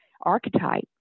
archetype